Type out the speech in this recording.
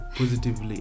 positively